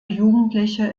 jugendliche